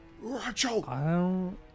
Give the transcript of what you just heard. Rachel